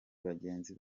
bagenzi